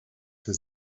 für